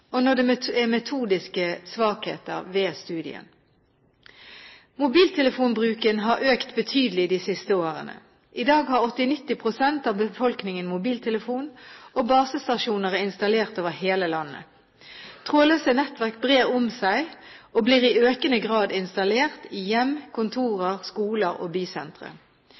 og når det er metodiske svakheter ved studien. Mobiltelefonbruken har økt betydelig de siste årene. I dag har 80–90 pst. av befolkningen mobiltelefon, og basestasjoner er installert over hele landet. Trådløse nettverk brer om seg og blir i økende grad installert i hjem, kontorer, skoler og bysentre.